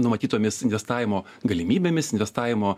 numatytomis investavimo galimybėmis investavimo